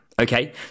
Okay